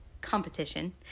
competition